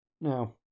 Now